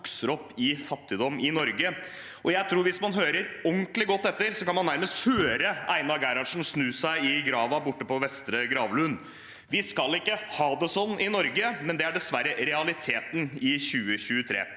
som vokser opp i fattigdom i Norge. Jeg tror at hvis man hører ordentlig godt etter, kan man nærmest høre Einar Gerhardsen snu seg i graven borte på Vestre gravlund. Vi skal ikke ha det sånn i Norge, men det er dessverre realiteten i 2023.